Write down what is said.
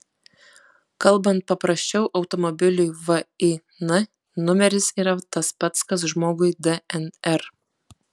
kalbant paprasčiau automobiliui vin numeris yra tas pats kas žmogui dnr